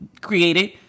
created